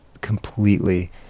completely